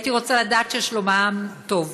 הייתי רוצה לדעת ששלומם טוב.